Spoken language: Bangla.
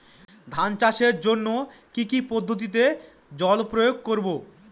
ধান চাষের জন্যে কি কী পদ্ধতিতে জল প্রয়োগ করব?